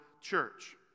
church